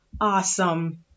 awesome